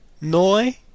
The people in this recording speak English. noi